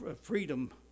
freedom